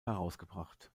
herausgebracht